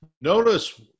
Notice